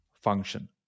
function